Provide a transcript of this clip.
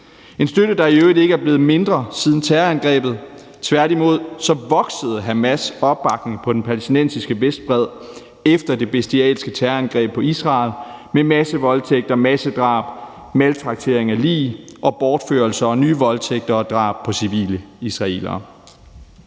en støtte, der i øvrigt ikke er blevet mindre siden terrorangrebet. Tværtimod voksede Hamas' opbakning på den palæstinensiske Vestbred efter det bestialske terrorangreb på Israel med massevoldtægter, massedrab, maltraktering af lig og bortførelser og nye voldtægter og drab på civile israelere.